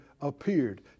appeared